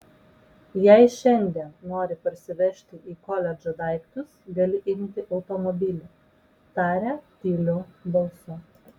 jei šiandien nori parsivežti į koledžą daiktus gali imti automobilį tarė tyliu balsu